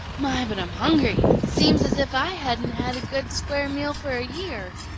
my, but i'm hungry! seems as if i hadn't had a good square meal for a year.